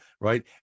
right